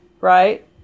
right